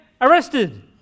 arrested